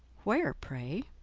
where, pray?